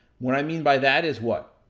what i mean by that is, what?